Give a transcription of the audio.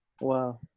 wow